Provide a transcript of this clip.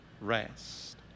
rest